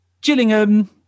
Gillingham